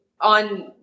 on